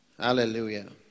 hallelujah